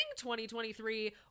2023